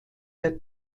der